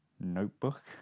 Notebook